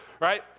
right